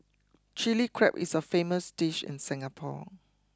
Chilli Crab is a famous dish in Singapore